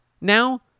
now